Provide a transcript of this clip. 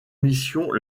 missions